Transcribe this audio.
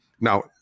Now